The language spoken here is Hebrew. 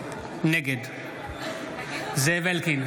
נגד זאב אלקין,